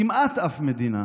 כמעט אף מדינה